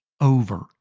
over